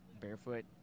barefoot